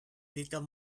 little